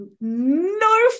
no